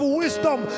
wisdom